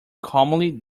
calmly